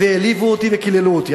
והעליבו אותי וקיללו אותי.